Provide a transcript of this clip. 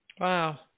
Wow